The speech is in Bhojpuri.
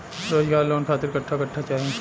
रोजगार लोन खातिर कट्ठा कट्ठा चाहीं?